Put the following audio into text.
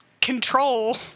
control